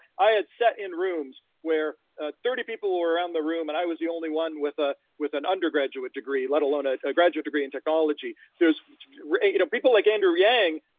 i had sat in rooms where thirty people were around the room and i was the only one with ah with an undergraduate degree, let alone a ah graduate degree in technology. you know people like andrew yang,